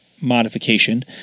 modification